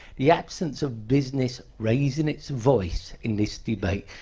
the absence of business raising its voice in this debate.